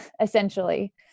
essentially